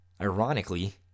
ironically